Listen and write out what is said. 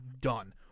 done